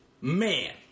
man